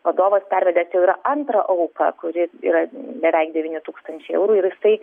vadovas pervedęs jau yra antrą auką kuri yra beveik devyni tūkstančiai eurų ir jisai